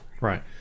Right